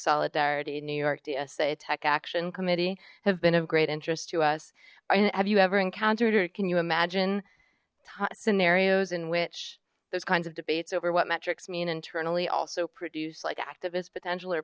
solidarity new york tsa tech action committee have been of great interest to us i mean have you ever encountered can you imagine scenarios in which those kinds of debates over what metrics mean internally also produce like activist potential or